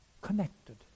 Connected